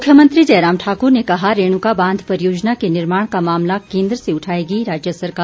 मुख्यमंत्री जयराम ठाकुर ने कहा रेणुका बांध परियोजना के निर्माण का मामला केन्द्र से उठाएगी राज्य सरकार